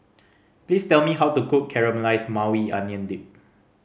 please tell me how to cook Caramelized Maui Onion Dip